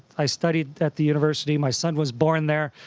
i studied at the university, my son was born there.